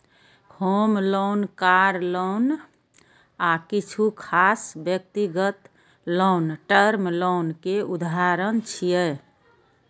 होम loan, car loan आ किछु खास व्यक्तिगत लोन टर्म लोन के उदाहरण छियै